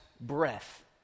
breath